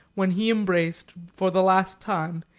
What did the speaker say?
when he embraced, for the last time,